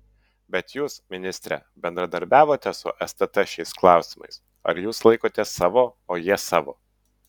bet jūs ministre bendradarbiavote su stt šiais klausimais ar jūs laikotės savo o jie savo